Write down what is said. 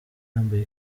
yambaye